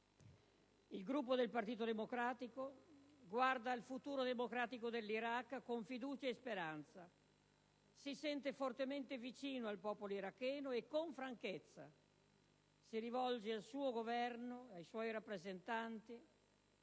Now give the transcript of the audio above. Il Gruppo del Partito Democratico guarda al futuro democratico dell'Iraq con fiducia e speranza. Si sente fortemente vicino al popolo iracheno e con franchezza si rivolge al suo Governo e ai suoi rappresentanti